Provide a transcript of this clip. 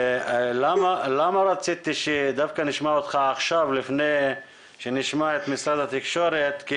למה רציתי שדווקא נשמע אותך עכשיו לפני שנשמע את משרד התקשורת?